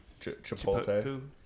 chipotle